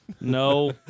No